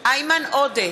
איימן עודה,